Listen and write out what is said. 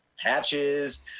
patches